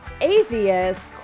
atheist